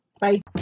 Bye